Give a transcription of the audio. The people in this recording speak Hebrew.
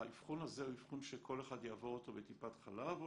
האבחון הזה הוא אבחון שכל אחד יעבור אותו בטיפת חלב או